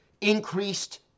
increased